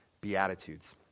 Beatitudes